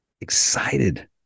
excited